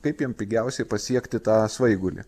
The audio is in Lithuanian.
kaip jiem pigiausiai pasiekti tą svaigulį